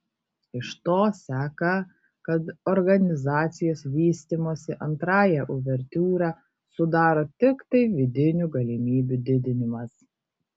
iš to seka kad organizacijos vystymosi antrąją uvertiūrą sudaro tiktai vidinių galimybių didinimas